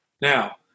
Now